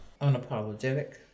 unapologetic